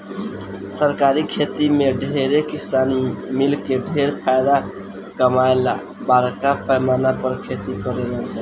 सरकारी खेती में ढेरे किसान मिलके ढेर फायदा कमाए ला बरका पैमाना पर खेती करेलन सन